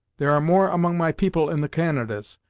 there are more among my people in the canadas,